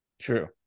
True